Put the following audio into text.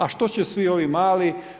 A što će svi ovi mali?